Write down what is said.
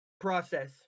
process